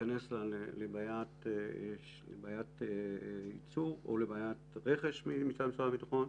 תיכנסנה לבעיית ייצור או לבעיית רכש מצד משרד הביטחון,